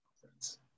conference